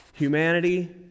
Humanity